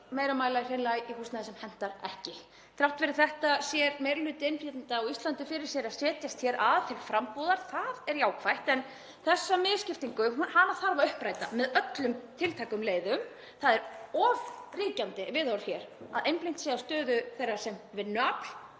meira mæli í húsnæði sem hentar hreinlega ekki. Þrátt fyrir þetta sér meiri hluti innflytjenda á Íslandi fyrir sér að setjast hér að til frambúðar. Það er jákvætt en þessa misskiptingu þarf að uppræta með öllum tiltækum leiðum. Það er of ríkjandi viðhorf hér að einblínt sé á stöðu þeirra sem vinnuafls.